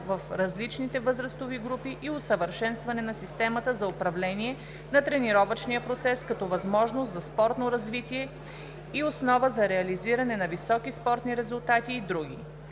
в различните възрастови групи и усъвършенстване на системата за управление на тренировъчния процес, като възможност за спортно развитие и основа за реализиране на високи спортни резултати и други.